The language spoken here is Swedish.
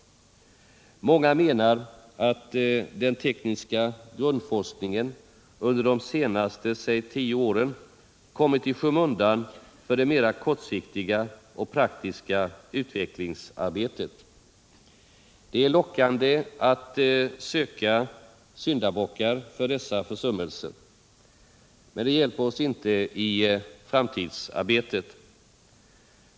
Många menar att den tekniska grundforskningen under de senaste, säg tio, åren kommit i skymundan för det mera kortsiktiga och praktiska utvecklingsarbetet. Det är lockande att söka syndabockar för dessa försummelser. Men det hjälper oss inte i framtidsarbetet.